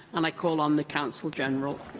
and i call on the counsel general,